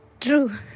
True